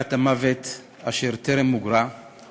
מכת המוות אשר טרם מוגרה,